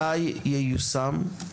מתי ייושם?